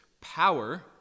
power